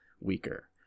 weaker